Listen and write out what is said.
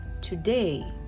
today